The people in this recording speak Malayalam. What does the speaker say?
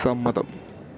സമ്മതം